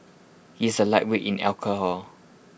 he is A lightweight in alcohol